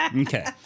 Okay